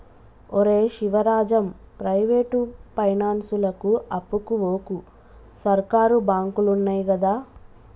ఒరే శివరాజం, ప్రైవేటు పైనాన్సులకు అప్పుకు వోకు, సర్కారు బాంకులున్నయ్ గదా